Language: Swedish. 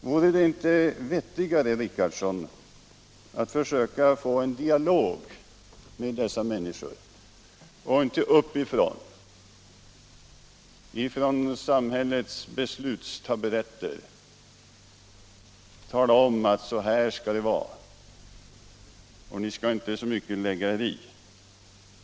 Vore det inte vettigare, herr Richardson, att försöka få en dialog med dessa människor och inte uppifrån, ifrån samhällets beslutstaburetter, tala om att så här skall det vara, och ni skall inte lägga er i så mycket.